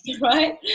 right